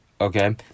okay